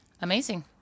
Amazing